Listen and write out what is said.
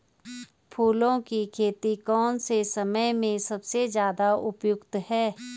फूलों की खेती कौन से समय में सबसे ज़्यादा उपयुक्त है?